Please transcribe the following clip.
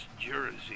jersey